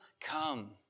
come